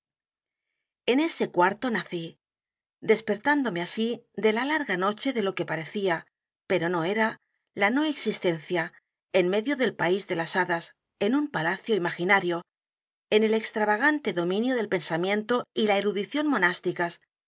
n ese cuarto nací despertándome así de la l a r g a noche de lo que parecía pero no era la no existencia en medio mismo del país de las h a d a s en un palacio imaginario en el extravagante dominio del pensamiento y la erudición monásticas